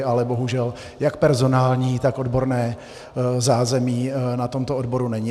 Ale bohužel jak personální, tak odborné zázemí na tomto odboru není.